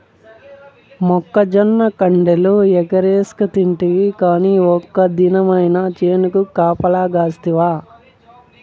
మొక్కజొన్న కండెలు ఎగరేస్కతింటివి కానీ ఒక్క దినమైన చేనుకు కాపలగాస్తివా